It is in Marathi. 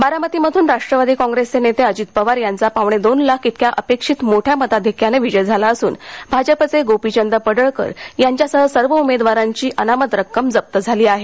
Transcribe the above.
बारामतीमध्रन राष्ट्रवादी कॉंग्रेसचे नेते अजित पवार यांचा पावणेदोन लाख इतक्या अपेक्षित मोठ्या मताधिक्याने विजय झाला असून भाजपचे गोपिचंद पडळकर यांच्यासह सर्व उमेदवारांची अनामत रक्कम जप्त झाली आहे